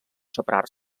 separar